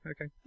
okay